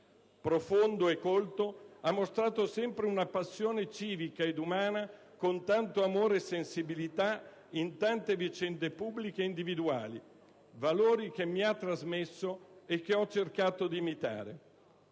Profondo e colto, ha mostrato sempre una passione civica ed umana, con tanto amore e sensibilità, in tante vicende pubbliche e individuali: valori che mi ha trasmesso e che ho cercato di imitare.